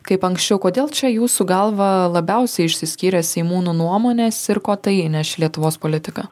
kaip anksčiau kodėl čia jūsų galva labiausiai išsiskyrė seimunų nuomonės ir ko tai įneš į lietuvos politiką